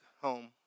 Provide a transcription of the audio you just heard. home